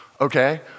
okay